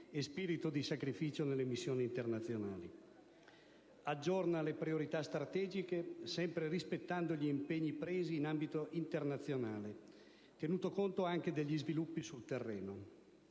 e spirito di sacrificio nelle missioni internazionali. Esso aggiorna le priorità strategiche sempre rispettando gli impegni presi in ambito internazionale, tenuto conto anche degli sviluppi sul terreno,